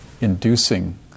inducing